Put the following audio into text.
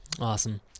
Awesome